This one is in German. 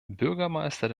bürgermeister